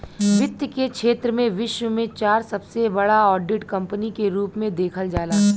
वित्त के क्षेत्र में विश्व में चार सबसे बड़ा ऑडिट कंपनी के रूप में देखल जाला